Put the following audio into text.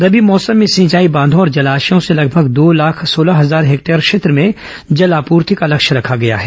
रबी season में सिंचाई बांघों और जलाशयों से लगभग दो लाख सोलह हजार हेक्टेयर क्षेत्र में जल आपूर्ति का लक्ष्य रखा गया है